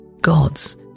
God's